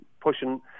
pushing